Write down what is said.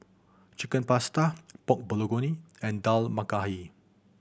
Chicken Pasta Pork Bulgogi and Dal Makhani